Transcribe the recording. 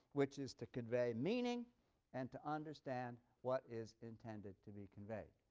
which is to convey meaning and to understand what is intended to be conveyed.